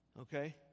Okay